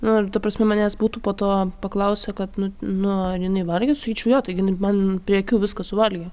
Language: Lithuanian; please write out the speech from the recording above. nor ta prasme manęs būtų po to paklausę kad nu nu ar jinai valgė sakyčiau jo taigi jinai man prie akių viską suvalgė